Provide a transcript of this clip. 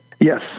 yes